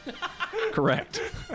Correct